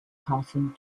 passing